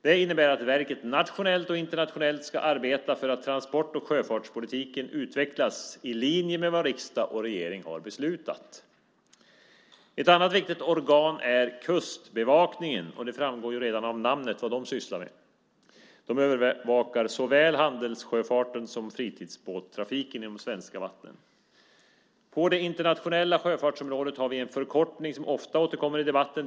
Det innebär att verket nationellt och internationellt ska arbeta för att transport och sjöfartspolitiken utvecklas i linje med vad riksdag och regering har beslutat. Ett annat viktigt organ är Kustbevakningen, och det framgår redan av namnet vad de sysslar med. De övervakar såväl handelssjöfarten som fritidsbåttrafiken i de svenska vattnen. På det internationella sjöfartsområdet har vi en förkortning som ofta återkommer i debatten.